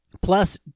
plus